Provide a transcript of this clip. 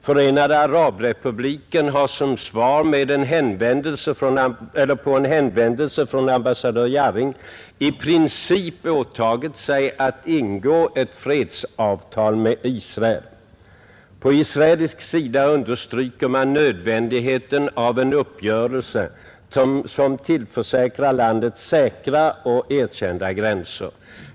Förenade arabrepubliken har som svar på en hänvändelse från ambassadör Jarring i princip åtagit sig att ingå ett fredsavtal med Israel. På israelisk sida understryker man nödvändigheten av en uppgörelse som tillförsäkrar landet säkra och erkända gränser.